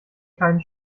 keinen